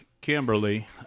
Kimberly